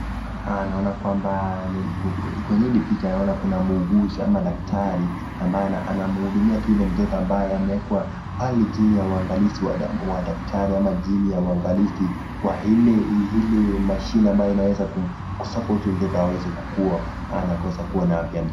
Naona kwamba kwenye hili picha naona kuna muuguzi ama daktari ambaye anamhudumia tu yule mtoto ambaye amewekwa pale jini ya uangalizi wa madaktari ama jini ya uangalizi wa ile ile mashine ambayo inaweza ku support huyu mtoto aweze kukua na aweze kuwa na afya.